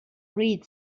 read